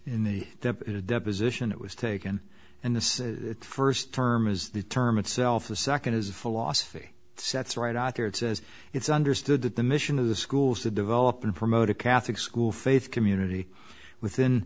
in the deposition it was taken in the first term is the term itself the second is a philosophy sets right out there it says it's understood that the mission of the schools to develop and promote a catholic school faith community within